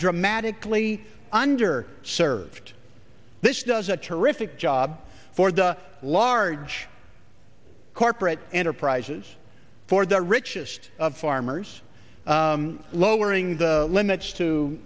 dramatically under served this does a terrific job for the large corporate enterprises for the richest of farmers lowering the limits to